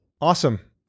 Awesome